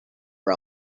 for